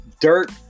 dirt